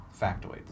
factoids